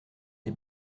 des